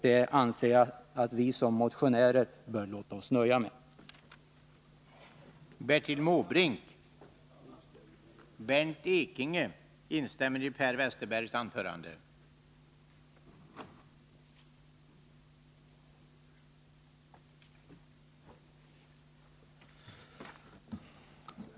Jag anser att vi motionärer kan låta oss nöja med detta.